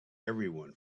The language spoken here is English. everyone